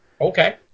Okay